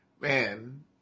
Man